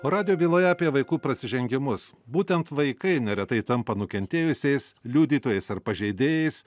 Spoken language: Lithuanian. radijo byloje apie vaikų prasižengimus būtent vaikai neretai tampa nukentėjusiais liudytojais ar pažeidėjais